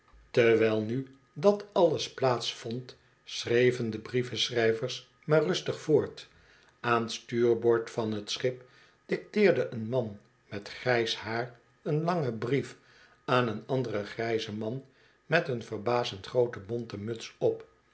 terwijl nu dat alles plaats vond schreven de brievenschrijvers maar rustig voort aan stuurboord van t schip dicteerde een man met grijs haar een langen brief aan een anderen grijzen man met een verbazend groote bonten muts op